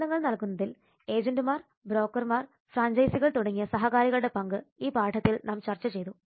സേവനങ്ങൾ നൽകുന്നതിൽ ഏജന്റുമാർ ബ്രോക്കർമാർ ഫ്രാഞ്ചൈസികൾ തുടങ്ങിയ സഹകാരികളുടെ പങ്ക് ഈ പാഠത്തിൽ നാം ചർച്ച ചെയ്തു